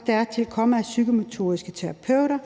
og dertil kommer, at psykomotoriske terapeuter